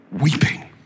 Weeping